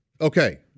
Okay